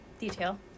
detail